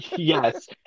Yes